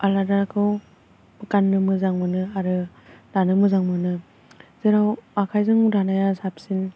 आलादाखौ गाननो मोजां मोनो आरो दानो मोजां मोनो जेराव आखायजों दानाया साबसिन